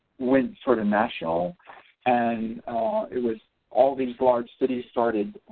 went sort of national and it was all these large cities started